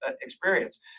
experience